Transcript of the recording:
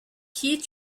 key